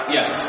Yes